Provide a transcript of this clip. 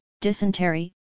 dysentery